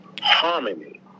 harmony